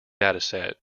dataset